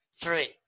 three